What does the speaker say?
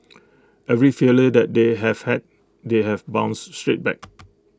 every failure that they have had they have bounced straight back